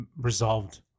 resolved